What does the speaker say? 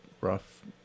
rough